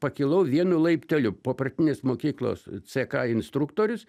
pakilau vienu laipteliu po partinės mokyklos ck instruktorius